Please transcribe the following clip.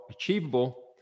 achievable